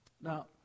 Now